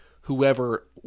whoever